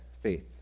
faith